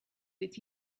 with